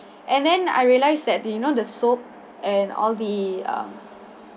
and then I realised that the you know the soap and all the